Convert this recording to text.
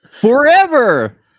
Forever